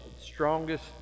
strongest